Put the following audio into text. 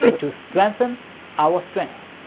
to strengthen our strength,